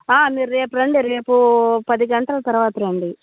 మీరు రేపు రండి రేపు పది గంటల తరువాత రండి